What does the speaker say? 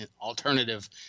alternative